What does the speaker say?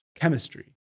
chemistry